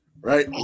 right